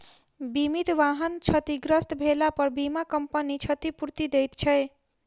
बीमित वाहन क्षतिग्रस्त भेलापर बीमा कम्पनी क्षतिपूर्ति दैत छै